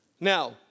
Now